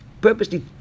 purposely